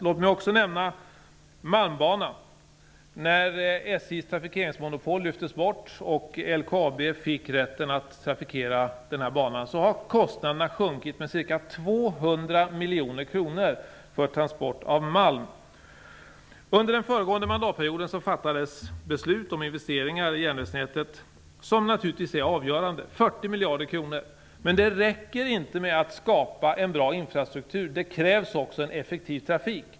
Låt mig också nämna Malmbanan. När SJ:s trafikeringsmonopol lyftes bort och LKAB fick rätten att trafikera banan sjönk kostnaderna med ca 200 miljoner kronor för transport av malm. Under den föregående mandatperioden fattades beslut om investeringar i järnvägsnätet som är avgörande - 40 miljarder kronor. Men det räcker inte att med att skapa en bra infrastruktur. Det krävs också en effektiv trafik.